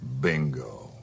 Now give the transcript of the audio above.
Bingo